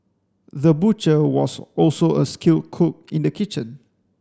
the butcher was also a skilled cook in the kitchen